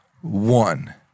One